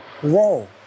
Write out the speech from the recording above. whoa